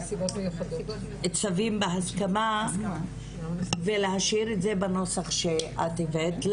צווים בהסכמה, ומשאירה את זה בנוסח שאת הבאת.